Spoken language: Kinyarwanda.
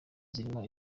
zirimo